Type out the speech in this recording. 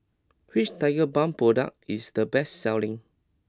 which Tigerbalm product is the best selling